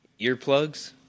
earplugs